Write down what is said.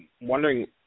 wondering